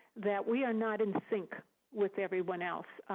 that we are not in sync with everyone else.